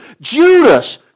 Judas